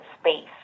space